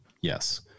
Yes